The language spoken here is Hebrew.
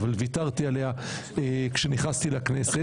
אבל ויתרתי עליה כשנכנסתי לכנסת.